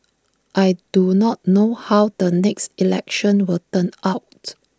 I do not know how the next election will turn out